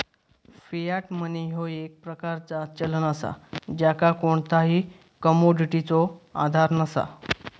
Fiat money ह्यो एक प्रकारचा चलन असा ज्याका कोणताही कमोडिटीचो आधार नसा